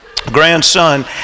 grandson